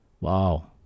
wow